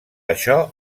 això